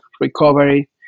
recovery